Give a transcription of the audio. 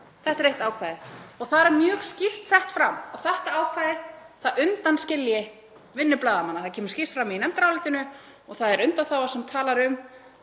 Þetta er eitt ákvæði og það er mjög skýrt sett fram að þetta ákvæði undanskilji vinnu blaðamanna. Það kemur skýrt fram í nefndarálitinu. Það er undanþága sem talar um